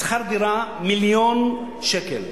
שכר דירה של מיליון שקל.